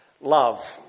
love